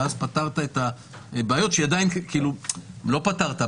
ואז פתרת את הבעיות לא פתרת,